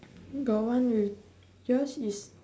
got one with yours is